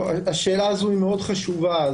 זו שאלה מאוד חשובה.